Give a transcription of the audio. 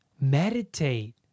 meditate